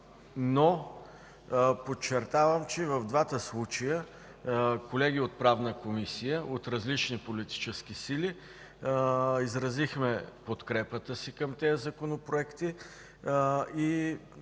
но подчертавам, че и в двата случая колеги от Правната комисия от различни политически сили изразихме подкрепата си към тях и ги внесохме с